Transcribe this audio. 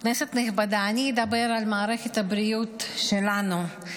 כנסת נכבדה, אני אדבר על מערכת הבריאות שלנו.